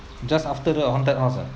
just after the haunted house ah